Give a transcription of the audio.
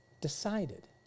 Decided